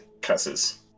cusses